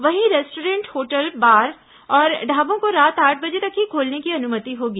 वहीं restaurant hotel bar औ ढाबों को रात आठ बजे तक ही खोलने की अनुमति होगी